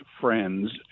friends